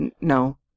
no